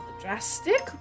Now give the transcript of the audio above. drastic